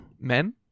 Men